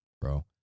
bro